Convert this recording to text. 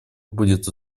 будет